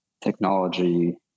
technology